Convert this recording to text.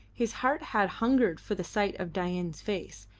his heart had hungered for the sight of dain's face,